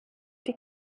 die